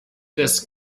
des